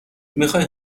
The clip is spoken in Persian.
میخای